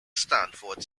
stanford